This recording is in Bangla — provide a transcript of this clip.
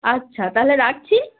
আচ্ছা তাহলে রাখছি